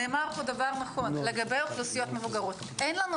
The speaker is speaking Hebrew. נאמר פה דבר נכון לגבי אוכלוסיות מסבוגרות אין לנו